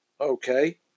Okay